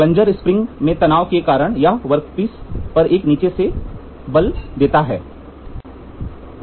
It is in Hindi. प्लंजर स्प्रिंग मे तनाव के कारण यह वर्कपीस पर एक नीचे की ओर बल देता है